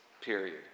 period